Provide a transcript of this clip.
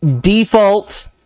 default